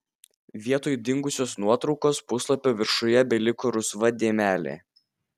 vietoj dingusios nuotraukos puslapio viršuje beliko rusva dėmelė